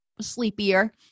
sleepier